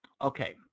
Okay